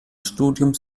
studiums